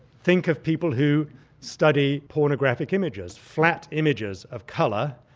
think of people who study pornographic images, flat images of colour,